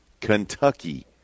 Kentucky